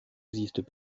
existent